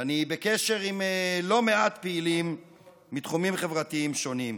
ואני בקשר עם לא מעט פעילים מתחומים חברתיים שונים.